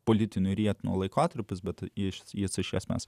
politinių rietenų laikotarpis bet jeigu jis iš esmės